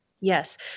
Yes